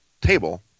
table